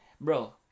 Bro